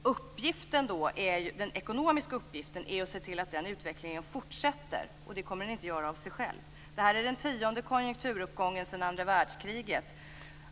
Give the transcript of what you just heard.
Den ekonomiska uppgiften är då att se till att den utvecklingen fortsätter, och det kommer den inte att göra av sig själv. Det här är den tionde konjunkturuppgången sedan andra världskriget.